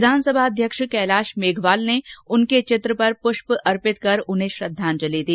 विधानसभा अध्यक्ष कैलाश मेघवाल ने उनके वित्र पर पुष्प अर्पित कर उन्हें श्रद्धांजलि दी